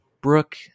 brooke